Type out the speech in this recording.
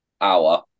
hour